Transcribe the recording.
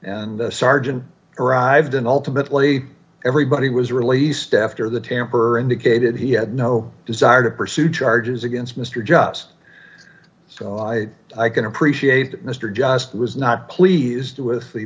and the sergeant arrived and ultimately everybody was released after the tamper indicated he had no desire to pursue charges against mr jobs so i can appreciate that mr just was not pleased with the